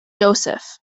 joseph